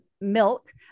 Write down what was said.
Milk